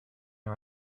are